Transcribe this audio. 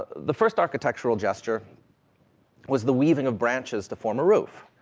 the first architectural gesture was the weaving of branches to form a roof,